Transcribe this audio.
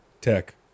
Tech